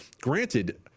Granted